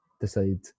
decide